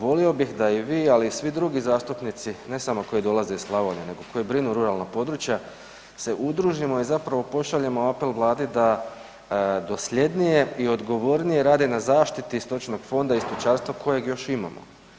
Volio bih da i vi, ali i svi drugi zastupnici, ne samo koji dolaze iz Slavonije nego koje brinu ruralna područja se udružimo i zapravo pošaljemo apel vladi da dosljednije i odgovornije rade na zaštiti stočnog fonda i stočarstva kojeg još imamo.